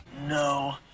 No